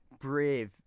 brave